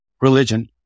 religion